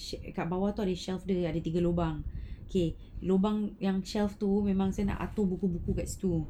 sh~ kat bawah tu ada shelf dia ada tiga lubang okay lubang yang shelf tu memang saya nak atur buku-buku kat situ